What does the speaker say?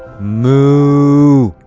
moo.